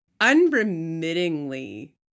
unremittingly